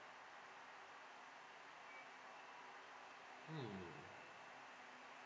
hmm